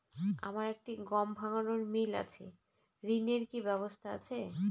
আমার একটি গম ভাঙানোর মিল আছে ঋণের কি ব্যবস্থা আছে?